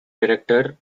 director